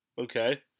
Okay